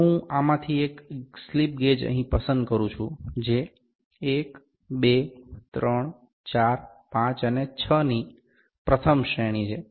જો હું આમાંથી એક સ્લિપ ગેજ અહીં પસંદ કરું છું જે 1 2 3 4 5 અને 6 ની પ્રથમ શ્રેણી છે